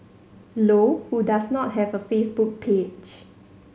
low who does not have a Facebook page